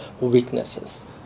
weaknesses